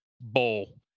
bowl